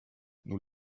nous